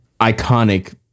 iconic